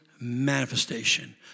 manifestation